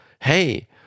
hey